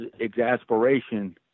exasperation